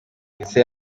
ndetse